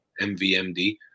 MVMD